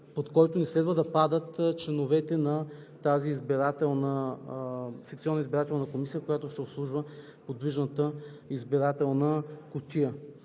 под който не следва да падат членовете на тази секционна избирателна комисия, която ще обслужва подвижната избирателна кутия.